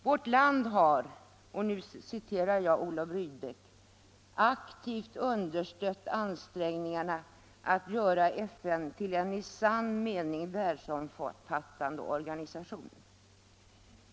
Vårt land har, sade Olof Rydbeck, aktivt understött ansträngningarna att göra FN till en i sann mening världsomfattande organisation.